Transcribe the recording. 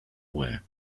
ware